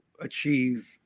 achieve